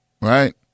right